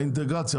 האינטגרציה,